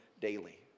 daily